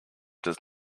does